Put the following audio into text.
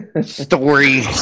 story